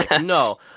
no